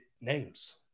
names